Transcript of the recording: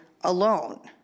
alone